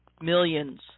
millions